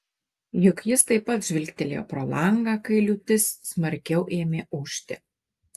juk jis taip pat žvilgtelėjo pro langą kai liūtis smarkiau ėmė ūžti